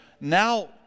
now